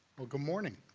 well, good morning.